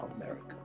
America